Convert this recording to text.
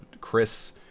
Chris